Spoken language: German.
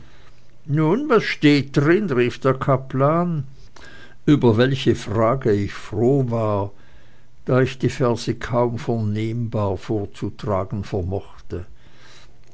nun was steht darin rief der kaplan über welche frage ich froh war da ich die verse kaum vernehmbar vorzutragen vermochte